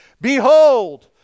Behold